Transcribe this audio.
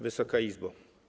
Wysoka Izbo!